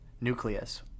nucleus